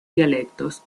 dialectos